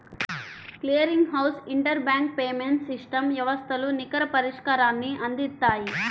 clearing house interbank payments system వ్యవస్థలు నికర పరిష్కారాన్ని అందిత్తాయి